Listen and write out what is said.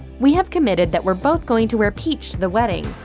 we have committed that we're both going to wear peach to the wedding.